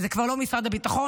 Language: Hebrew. זה כבר לא משרד הביטחון.